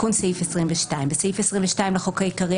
תיקון סעיף 22 4. בסעיף 22 לחוק העיקרי,